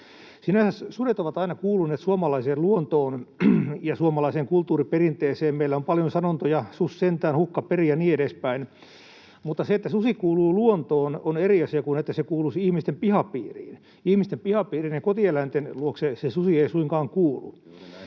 Sinänsähän sudet ovat aina kuuluneet suomalaiseen luontoon ja suomalaiseen kulttuuriperinteeseen. Meillä on paljon sanontoja: ”sus’ sentään”, ”hukka perii” ja niin edespäin. Mutta se, että susi kuuluu luontoon, on eri asia kuin se, että se kuuluisi ihmisten pihapiiriin. Ihmisten pihapiiriin ja kotieläinten luokse susi ei suinkaan kuulu.